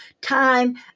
time